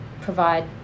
provide